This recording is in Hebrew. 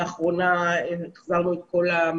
הנוער, האם זה בדיון אצלכם?